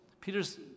Peter's